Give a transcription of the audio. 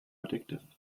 addictive